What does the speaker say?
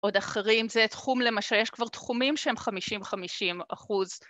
בכל התרגילים, לתרגל נשימה איטית של 5 ספירות לנפח את החזה, 5 ספירות לרוקן, ובכולם להחזיק את הבטן.